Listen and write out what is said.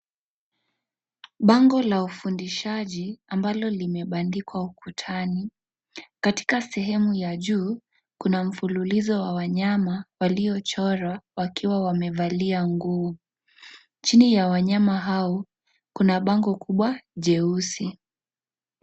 Bango la ufundishaji ambalo limebandikwa ukutani katika sehemu ya juu, kuna mfululizo wa wanyama waliochorwa wakiwa wamevalia nguo. Chini ya wanyama hao kuna bango kubwa jeusi.